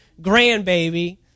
grandbaby